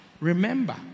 remember